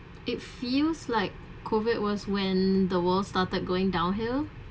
it feels like COVID was when the world started going downhill